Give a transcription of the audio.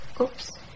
Oops